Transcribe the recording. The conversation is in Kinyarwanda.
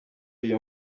iyo